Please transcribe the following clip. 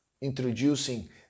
introducing